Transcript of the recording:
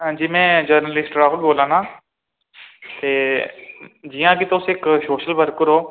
हांजी में जर्नलिस्ट राहुल बोल्लै नां ते जि'यां कि तुस इक सोशल वर्कर ओ